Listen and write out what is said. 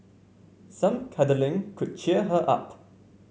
some cuddling could cheer her up